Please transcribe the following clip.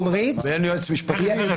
תמריץ ------ אין יועץ משפטי?